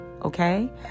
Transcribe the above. okay